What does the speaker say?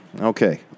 Okay